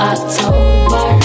October